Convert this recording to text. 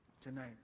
tonight